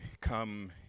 come